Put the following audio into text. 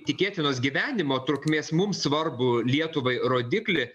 tikėtinos gyvenimo trukmės mums svarbų lietuvai rodiklį